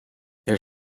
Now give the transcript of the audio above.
their